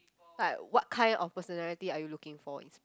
like what kind of personality are you looking for is